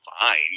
fine